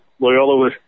Loyola